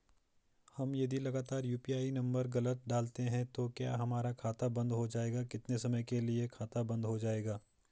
हम यदि लगातार यु.पी.आई नम्बर गलत डालते हैं तो क्या हमारा खाता बन्द हो जाएगा कितने समय के लिए खाता बन्द हो जाएगा?